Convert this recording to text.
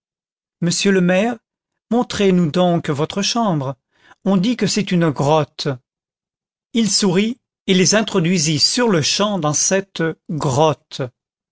monsieur le maire montrez-nous donc votre chambre on dit que c'est une grotte il sourit et les introduisit sur-le-champ dans cette grotte